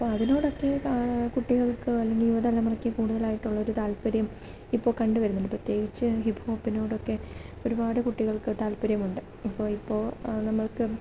അതിനോടൊക്കെ കുട്ടികൾക്ക് അല്ലെങ്കില് യുവതലമുറയ്ക്ക് കൂടുതലായിട്ടുള്ളൊരു താല്പര്യം ഇപ്പോള് കണ്ടുവരുന്നുണ്ട് പ്രത്യേകിച്ച് ഹിപ്ഹോപ്പിനോടൊക്കെ ഒരുപാട് കുട്ടികൾക്ക് താല്പര്യമുണ്ട് ഇപ്പോള് ഇപ്പോള് നമ്മൾക്ക്